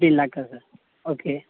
fifteen லேக்ஸா sir okay